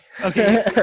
Okay